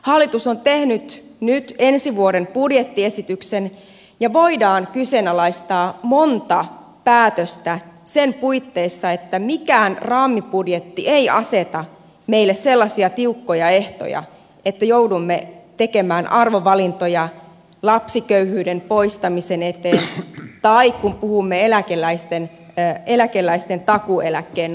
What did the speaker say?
hallitus on tehnyt nyt ensi vuoden budjettiesityksen ja voidaan kyseenalaistaa monta päätöstä sen puitteissa että mikään raamibudjetti ei aseta meille tiukkoja ehtoja silloin kun joudumme tekemään arvovalintoja lapsiköyhyyden poistamisen eteen tai silloin kun puhumme eläkeläisten takuueläkkeen nostosta